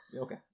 Okay